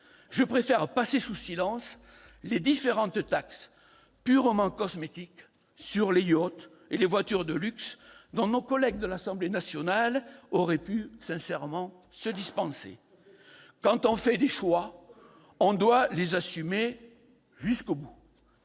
je préfère passer sous silence les différentes taxes purement cosmétiques sur les yachts et les voitures de luxe dont nos collègues de l'Assemblée nationale auraient pu se dispenser. Ça, c'est vrai ! Quand on fait des choix, on doit les assumer jusqu'au bout.